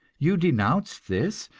you denounced this,